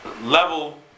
level